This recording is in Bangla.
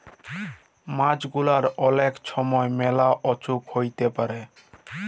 মাছ গুলার অলেক ছময় ম্যালা অসুখ হ্যইতে পারে